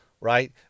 Right